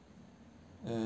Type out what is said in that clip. uh